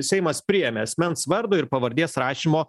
seimas priėmė asmens vardo ir pavardės rašymo